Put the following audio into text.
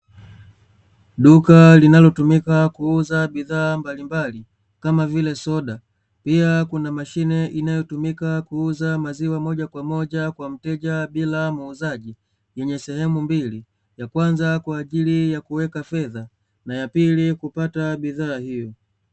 Duka linalotumika kuuza bidhaa mbalimbali kama vile soda. Pia, kuna mashine inayotumika kuuza maziwa moja kwa moja kwa mteja bila muuzaji; yenye sehemu mbili, ya kwanza kwa ajili ya kuweka fedha na ya pili kupata bidhaa hiyo.